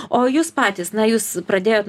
o jūs patys na jūs pradėjot